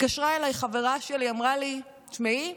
התקשרה אליי חברה שלי ואמרה לי: תשמעי,